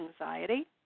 anxiety